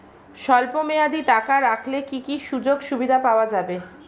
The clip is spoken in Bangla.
স্বল্পমেয়াদী টাকা রাখলে কি কি সুযোগ সুবিধা পাওয়া যাবে?